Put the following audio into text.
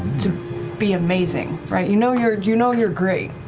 to be amazing, right, you know you're you know you're great,